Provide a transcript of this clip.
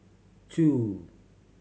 two